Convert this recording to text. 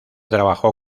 trabajó